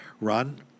run